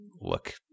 look